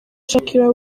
shakira